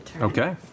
Okay